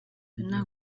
nta